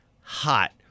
hot